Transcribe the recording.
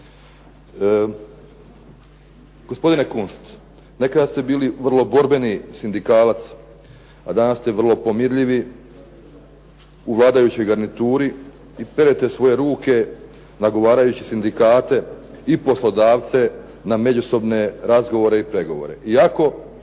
Gospodine Kunst, nekada ste bili vrlo borbeni sindikalac a danas ste vrlo pomirljivi u vladajućoj garnituri i perete svoje ruke nagovarajući sindikate i poslodavce na međusobne razgovore i pregovore iako